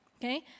Okay